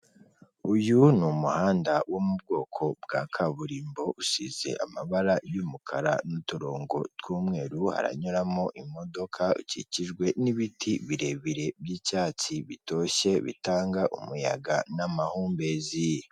Uyu ni umuhanda wo mu bwoko bwa kaburimbo usize amabara y'umukara n'uturongo tw'umweru, haranyuramo imodoka, ukikijwe n'ibiti birebire by'icyatsi bitoshye, bitanga umuyaga n'amahumbezi.